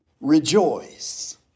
rejoice